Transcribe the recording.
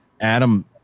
Adam